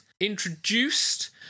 introduced